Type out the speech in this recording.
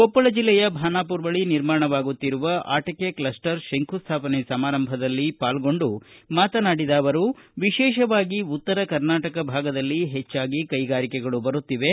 ಕೊಪ್ಪಳ ಜಿಲ್ಲೆಯ ಭಾನಾಪುರ ಬಳಿ ನಿರ್ಮಾಣವಾಗುತ್ತಿರುವ ಆಟಿಕೆ ಕ್ಲಸ್ವರ್ ಶಂಕುಸ್ಟಾಪನೆ ಸಮಾರಂಭದಲ್ಲಿ ಪಾಲ್ಗೊಂಡು ಮಾತನಾಡಿದ ಅವರು ವಿಶೇಷವಾಗಿ ಉತ್ತರ ಕರ್ನಾಟಕ ಭಾಗದಲ್ಲಿ ಹೆಚ್ಚಾಗಿ ಕೈಗಾರಿಕೆಗಳು ಬರುತ್ತಿವೆ